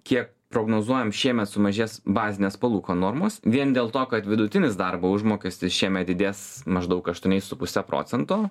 kiek prognozuojam šiemet sumažės bazinės palūkanų normos vien dėl to kad vidutinis darbo užmokestis šiemet didės maždaug aštuoniais su puse procento